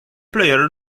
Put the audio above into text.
player